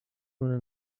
una